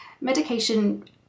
Medication